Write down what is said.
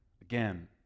again